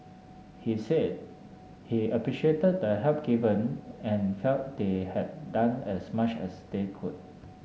he said he appreciated the help given and felt they had done as much as they could